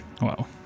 Wow